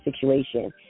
situation